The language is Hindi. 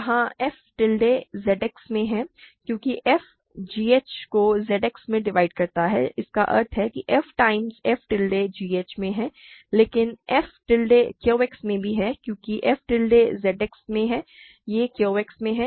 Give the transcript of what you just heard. जहाँ f टिल्डे ZX में है क्योंकि f gh को ZX में डिवाइड करता है इसका अर्थ है कि f times f tilde gh में है लेकिन f टिल्डे QX में भी है क्योंकि f टिल्डे ZX में है यह Q X में है